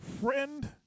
friend